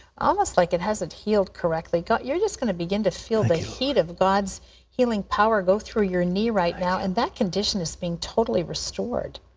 almost like it hasn't healed correctly. you're just going to begin to feel the heat of god's healing power go through your knee right now, and that condition is being totally restored.